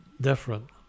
different